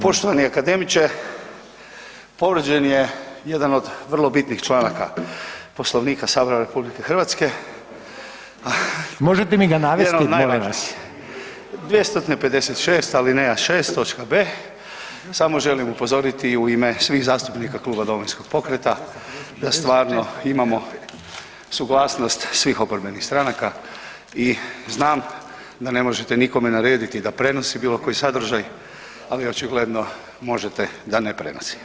Poštovani akademiče, povrijeđen je jedan od vrlo bitnih članaka Poslovnika Sabora RH, [[Upadica Reiner: Možete mi ga navesti molim vas.]] 256., alineja 6, točka b, samo želim upozoriti u ime svih zastupnika kluba Domovinskog pokreta da stvarno imamo suglasnost svih oporbenih stranaka i znam da ne možete nikome narediti da prenosi bilo koji sadržaj, ali očigledno možete da ne prenosi.